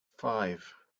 five